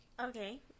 Okay